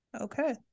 okay